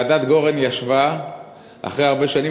ועדת גורן ישבה אחרי הרבה שנים,